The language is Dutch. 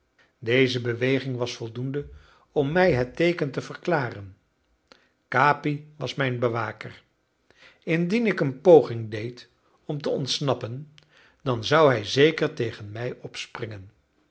deze beweging was voldoende om mij het teeken te verklaren capi was mijn bewaker indien ik een poging deed om te ontsnappen dan zou hij zeker tegen mij opspringen